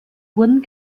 wurden